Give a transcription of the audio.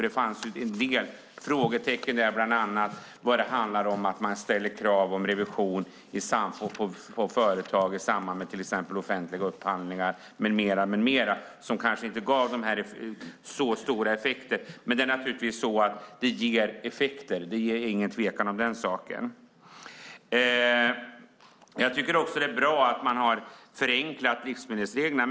Det fanns en del frågetecken, bland annat när det handlar om att man ställer krav på revision i företag i samband med till exempel offentliga upphandlingar med mera. Därför kanske det inte gav så stora effekter. Men det ger naturligtvis effekter. Det är ingen tvekan om den saken. Det är också bra att man har förenklat livsmedelsreglerna.